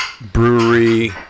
brewery